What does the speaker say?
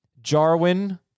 Jarwin